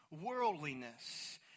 worldliness